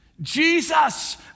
Jesus